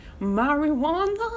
marijuana